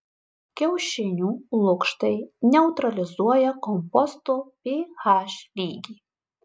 kiaušinių lukštai neutralizuoja komposto ph lygį